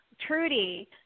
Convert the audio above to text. Trudy